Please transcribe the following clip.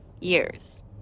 years